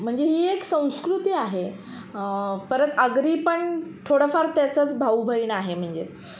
म्हणजे ही एक संस्कृती आहे परत अगरी पण थोडाफार त्याचाच भाऊ बहीण आहे म्हणजे